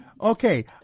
okay